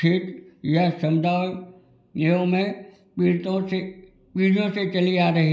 खेत या सामुदायों में पीढ़ियों से चली आ रही है